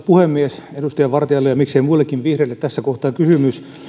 puhemies edustaja vartialle ja miksei muillekin vihreille tässä kohtaa kysymys